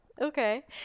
okay